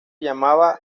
llamaba